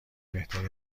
بهتری